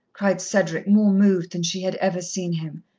cried cedric, more moved than she had ever seen him.